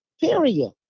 period